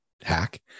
hack